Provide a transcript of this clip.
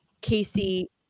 Casey